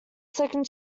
second